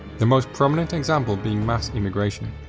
the most prominent example being mass immigration,